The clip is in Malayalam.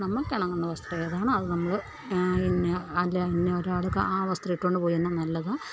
നമ്മൾക്കിണങ്ങുന്ന വസ്ത്രമേതാണോ അത് നമ്മൾ പിന്നെ അല്ല ഇനി ഒരാൾക്ക് ആ വസ്ത്രം ഇട്ടുകൊണ്ട് പോയെന്നാ നല്ലതാ